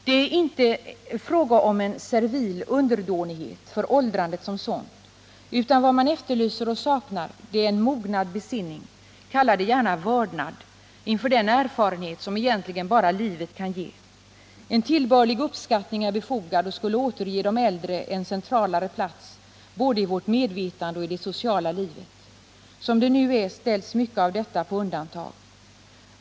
Det är icke fråga om en servil underdåninghet för åldrandet som sådant, utan vad man efterlyser och saknar är en mognad besinning, kalla det gärna vördnad, inför den erfarenhet som egentligen bara livet kan ge. En tillbörlig uppskattning är befogad och skulle återge de äldre en centralare plats både i vårt medvetande och i det sociala livet. Som det nu är ställs mycket av detta på undantag.